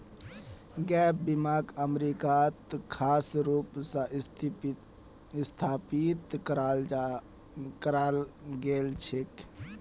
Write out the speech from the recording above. gap बीमाक अमरीकात खास रूप स स्थापित कराल गेल छेक